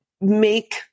make